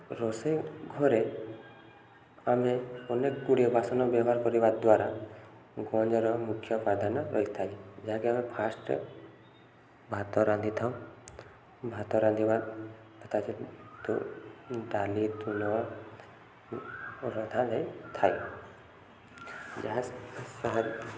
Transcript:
ରୋଷେଇ ଘରେ ଆମେ ଅନେକଗୁଡ଼ିଏ ବାସନ ବ୍ୟବହାର କରିବା ଦ୍ଵାରା ଗୁଞ୍ଜର ମୁଖ୍ୟ ପ୍ରାଧାନ୍ୟ ରହିଥାଏ ଯାହାକି ଆମେ ଫାର୍ଷ୍ଟ ଭାତ ରାନ୍ଧିଥାଉ ଭାତ ରାନ୍ଧିବା ତଥା ଡ଼ାଲି ତୁଣ ରନ୍ଧାଯାଇଥାଏ ଯାହା ସାହା